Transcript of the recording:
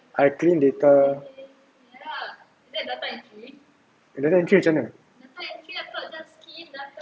I clean data data entry macam mana